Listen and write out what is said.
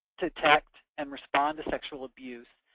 detect, and respond to sexual abuse,